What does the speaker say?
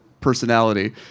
personality